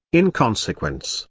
in consequence,